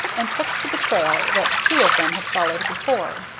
and took to the trail that two of them had followed before.